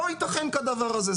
לא ייתכן כדבר הזה.